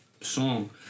song